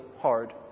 hard